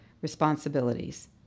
responsibilities